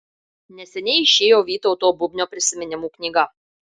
neseniai išėjo vytauto bubnio prisiminimų knyga